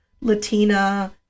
Latina